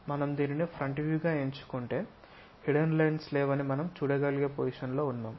మనం దీనిని ఫ్రంట్ వ్యూగా ఎంచుకుంటే హిడెన్ లైన్స్ లేవని మనం చూడగలిగే పొజిషన్ లో ఉన్నాం